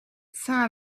saint